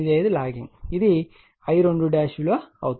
85 logging ఇది I2విలువ అవుతుంది